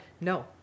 no